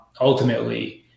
ultimately